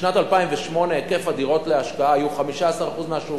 בשנת 2008 היקף הדירות להשקעה היה 15% מהשוק